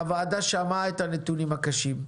הוועדה שמעה את הנתונים הקשים.